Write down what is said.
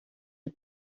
are